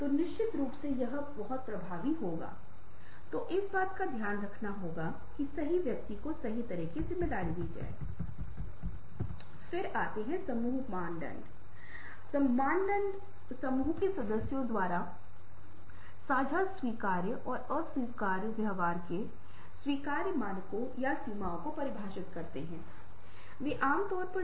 अब आप देखते हैं कि जब एक ही शब्द को एक अलग तरह का रंग दिया जाता है जहां यह डर का रंग है और डर का है और डर का व्यवहार नीले रंग का है तो अर्थ मौलिक रूप से अलग है इसकी तुलना करें और आप अंतर देख सकते हैं और आप इसे देख सकते हैं इसलिए अर्थ बहुत अलग हैं